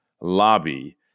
lobby